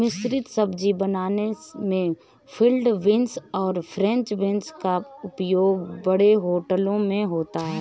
मिश्रित सब्जी बनाने में फील्ड बींस और फ्रेंच बींस का उपयोग बड़े होटलों में होता है